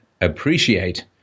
Appreciate